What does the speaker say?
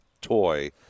toy